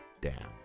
down